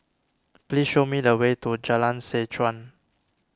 please show me the way to Jalan Seh Chuan